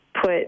put